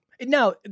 Now